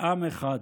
לעם אחד.